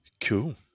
Cool